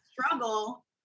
struggle